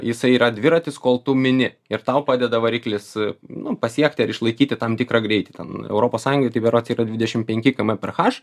jisai yra dviratis kol tu mini ir tau padeda variklis nu pasiekti ar išlaikyti tam tikrą greitį ten europos sąjungoj tai berods yra dvidešim penki km per h